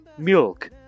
Milk